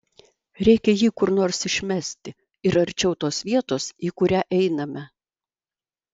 reikia jį kur nors išmesti ir arčiau tos vietos į kurią einame